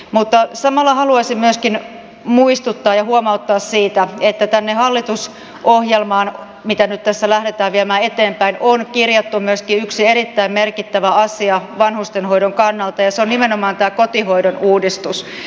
mutta samalla haluaisin myöskin muistuttaa ja huomauttaa siitä että tänne hallitusohjelmaan mitä tässä nyt lähdetään viemään eteenpäin on kirjattu myöskin yksi erittäin merkittävä asia vanhustenhoidon kannalta ja se on nimenomaan tämä kotihoidon uudistus